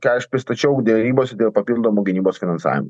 ką aš pristačiau derybose dėl papildomo gynybos finansavimo